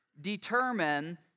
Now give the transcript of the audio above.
determine